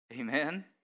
Amen